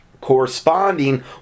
corresponding